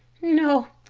no,